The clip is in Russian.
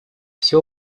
все